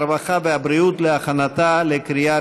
הרווחה והבריאות נתקבלה.